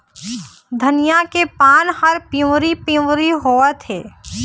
धनिया के पान हर पिवरी पीवरी होवथे?